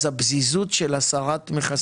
למה יש את הפזיזות של הסרת מכסים?